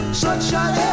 sunshine